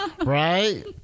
Right